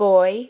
Boy